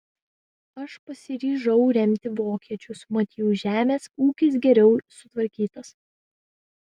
aš pasiryžau remti vokiečius mat jų žemės ūkis geriau sutvarkytas